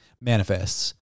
manifests